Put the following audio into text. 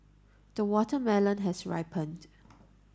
the watermelon has ripened